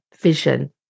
vision